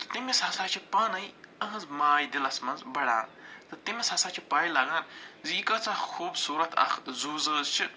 تہٕ تٔمِس ہَسا چھِ پانَے یِہنٛز ماے دِلس منٛز بَڑان تہٕ تٔمِس ہَسا چھِ پَے لَگان زِ یہِ کۭژاہ خوٗبصوٗرت اکھ زوُ زٲژ چھِ